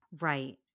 Right